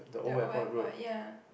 the Old-Airport ya